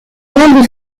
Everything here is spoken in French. moindre